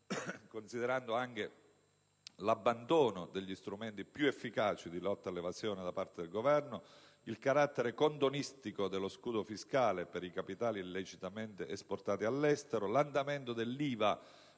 considerando anche l'abbandono degli strumenti più efficaci di lotta all'evasione da parte del Governo, il carattere condonistico dello scudo fiscale per i capitali illecitamente esportati all'estero, l'andamento dell'IVA